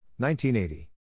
1980